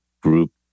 group